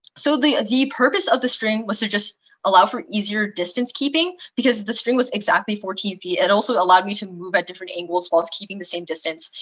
so the the purpose of the string was to just allow for easier distance keeping because the string was exactly fourteen feet. it also allowed me to move at different angles whilst keeping the same distance.